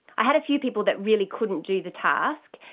i had a few people that really couldn't do the task.